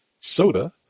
soda